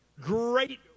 great